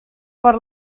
per